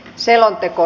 hyväksyttiin